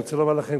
אני רוצה לומר לכם,